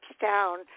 down